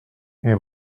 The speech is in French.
est